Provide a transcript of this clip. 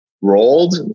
rolled